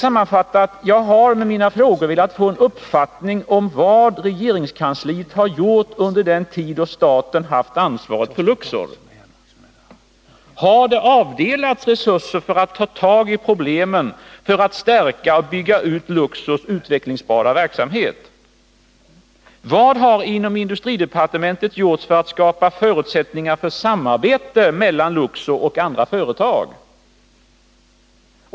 Sammanfattningsvis har jag med mina frågor velat få en uppfattning om vad regeringskansliet har gjort under den tid då staten haft ansvaret för Luxor. Har det avdelats resurser för att ta tag i problemen, för att stärka och bygga ut Luxors utvecklingsbara verksamhet? Vad har gjorts inom industridepartementet för att skapa förutsättningar för samarbete mellan Luxor och andra företag?